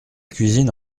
cuisine